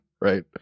Right